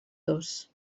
dos